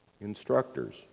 instructors